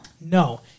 No